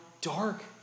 dark